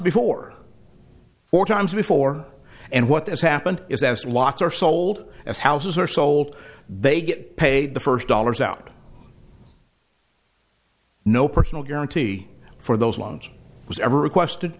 before four times before and what has happened is as lots are sold as houses are sold they get paid the first dollars out no personal guarantee for those loans was ever requested